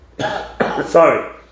Sorry